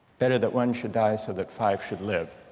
better that one should die so that five should live.